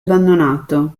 abbandonato